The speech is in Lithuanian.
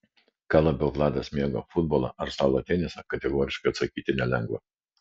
ką labiau vladas mėgo futbolą ar stalo tenisą kategoriškai atsakyti nelengva